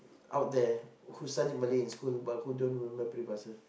out there who studied Malay in school but who don't remember peribahasa